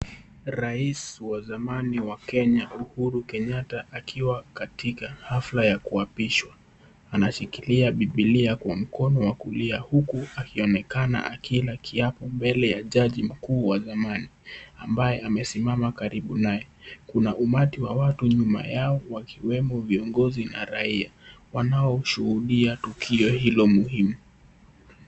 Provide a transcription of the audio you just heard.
Rais wa zamani wa Kenya Uhuru Kenyatta akiwa katika hafla ya kuapishwa ,anashikilia bibilia kwa mkono huku akionekana akila kiapo mbele ya jaji mkuu wa zamani ambaye amesimama karibu naye, kuna umati wa watu nyuma yao wakiwemo viongozi na raia wanao shuhudia tukio hilo muhimu.